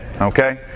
okay